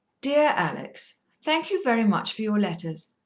dear alex, thank you very much for your letters.